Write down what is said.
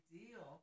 deal